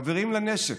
חברים לנשק,